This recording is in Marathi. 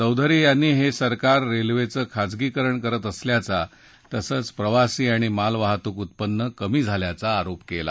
चौधरी यांनी हे सरकार रेल्वेचं खासगीकरण करत असल्याचा तसंच प्रवासी आणि मालवाहतूक उत्पन्न कमी झाल्याचा आरोप केला